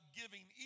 giving